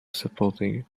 supporting